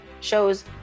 shows